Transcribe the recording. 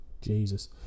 Jesus